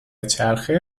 چرخه